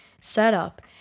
setup